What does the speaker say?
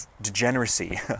degeneracy